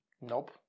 Nope